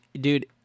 dude